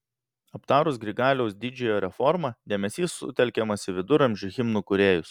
aptarus grigaliaus didžiojo reformą dėmesys sutelkiamas į viduramžių himnų kūrėjus